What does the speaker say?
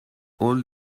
all